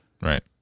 right